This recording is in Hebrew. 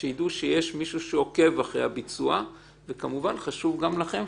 שידעו שיש מישהו שעוקב אחרי הביצוע וכמובן חשוב גם לכם,